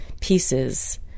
pieces